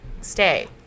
stay